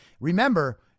Remember